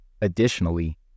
Additionally